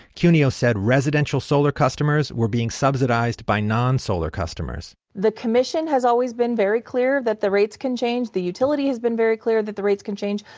cuneo said residential solar customers were being subsidized by non-solar customers the commission has always been very clear that the rates can change, the utility has been very clear that the rates can change,